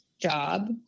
job